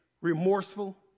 Remorseful